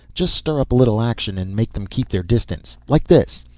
just stir up a little action and make them keep their distance. like this.